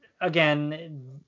again